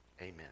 Amen